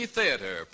Theater